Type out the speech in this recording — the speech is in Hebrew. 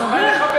תחבר.